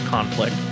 Conflict